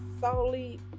solely